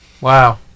Wow